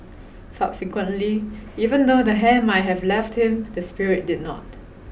subsequently even though the hair might have left him the spirit did not